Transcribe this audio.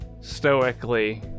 stoically